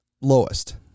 lowest